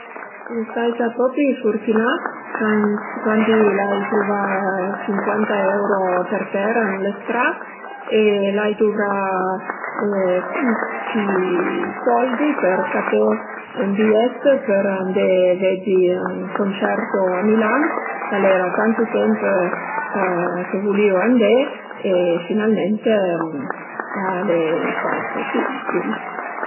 Sun staita propi furtünà cant cuandi l'ai truvà sincuanta euro per tera ën la stra e l'ai duvrà chi soldi për caté ën bi-ièt për andé veddi ën concerto a Milan ch'al era tantu temp chë vulìu andé e finalment al e istà pusibil